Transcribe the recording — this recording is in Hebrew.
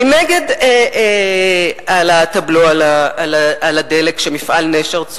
אני נגד העלאת הבלו על הדלק שמפעל "נשר" צורך.